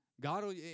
God